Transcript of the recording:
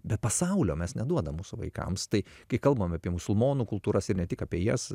bet pasaulio mes neduodam mūsų vaikams tai kai kalbam apie musulmonų kultūras ir ne tik apie jas